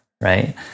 Right